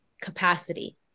capacity